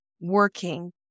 working